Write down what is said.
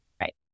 Right